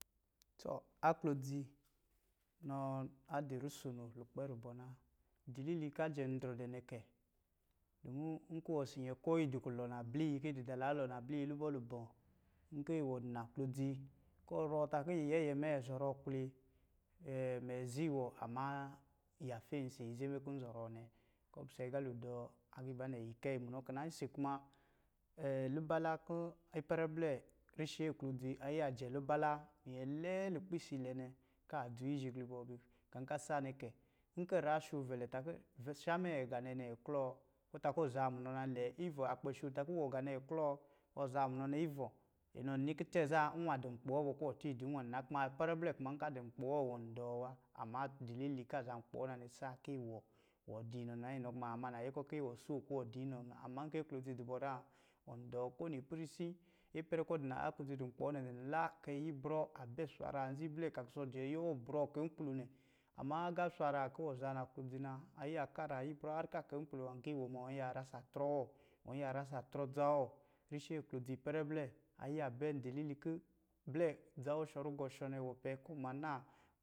To, no, aklodzi adɔ̄ rusono lukpɛ a rubɔ̄ na, dilili kɔ̄ a jɛn drɔ dɛ nɛ kɛi. Dumu nkɔ̄ wɔ ɔsɔ̄ nyɛ ko yi dɔ̄ kulɔ nablɛ yi, kɔ̄ yi dɔ̄ dala alɔ nablɛ yi lubɔ̄-lubɔ̄ nkɔ̄ iwɔ dɔ̄ naklodzi kɔ̄ ɔ rɔɔ dakɔ̄ nyɛyɛ mɛ? Zɔrɔ akloli mɛ zɛ iwɔ amma, yafen ɔsɔ̄ ize mɛ kɔ̄ nzɔrɔɔ nɛ, kɔ̄ ɔ pisɛ dɔɔ-agiiba nɛ yi kɛyi munɔ kɛ na, ɔsɔ̄ kuma lubala kɔ̄ ipɛrɛ blɛ rashi aklodzi a yiya jɛ lubala a minyɛ lɛɛ lukpɛ isa ilɛ nɛ kɔ̄ a adoo izhigli bɔ. Gá kɔ̄ a saa nɛ kɛ, nkɔ̄ nyrá asho vɛlɛ takɔ̄ osha mɛ gá nɛ nɛ a klɔɔ kɔ̄ ɔ takɔ̄ ɔ zaa munɔ na lɛɛ ivɔ̄ akpɛ sho takɔ̄ iwɔ gá nɛ nɛ a klɔɔ-ɔzaa munɔ na ivɔ̄ inɔn nini kɔ̄ tɛ̄ zá nnwá dɔ̄ nkpi wɔ tɔɔ idi nnwa nɛ na kuma ipɛrɛ n kɔ̄ a dɔ̄ nkpi wɔ wɔn dɔɔ wa. Ama dilili kɔ̄ a zaa nkpi wɔ saa kɔ̄ iwɔ dii nɔ na wa, inɔ kuma aama nayɛkɔ̄ iwɔ soo kɔ̄ ivɔ dɔ inɔ muna, ama nkɔ̄ aklodzi zá ɔn dɔɔ kowini ipɛrɛ isi, ipɛrɛ kɔ̄ aklodzi adɔ̄ nkpi wɔ nɛ adɔ̄ nla kɔ̄ ayibrɔ a bɛ swaraa nza iblɛ kɔ̄ a kɔsɔ jɛ ayɛ wɔ brɔɔ kai nkpulo nɛ, ama agá swarai kó iwɔ za naklodzi na, a yiya karaa ayibrɔ har kɔ́ kai nkpulo ma kɔ̄ iwɔ ma ɔn yiya rasa trɔ wɔ ɔn yiya rasa trɔ adza wɔ rashi ipɛrɛ blɛ a yiya bɛ ndilili kɔ̄ blɛ dza wɔ shɔ̄ rugɔ̄ shɔ̄ nɛ wɔ pɛ kɔ̄ ɔn ma naa!